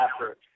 effort